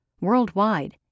worldwide